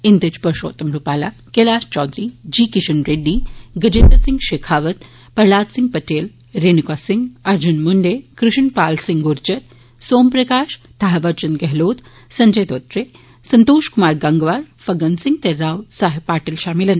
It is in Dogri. इन्दे च परुशोत्म रुपाला कैलाश चौधरी जी किशन रेड्डी गजेन्द्र सिंह शेखावत सिंह प्रहलाद सिंह पटेल रेण्का सिंह अर्ज्न म्ंडे कृष्ण पाल सिंह ग्रजर सोमप्रकाश थहावर चन्द गहलोत संजय दोत्रे संतोश कुमार गंगवार फंगन सिंह ते राव साहेब पाटिल शामिल न